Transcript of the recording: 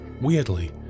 Weirdly